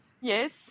Yes